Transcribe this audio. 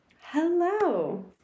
Hello